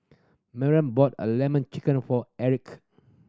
Merl bought a Lemon Chicken for Erick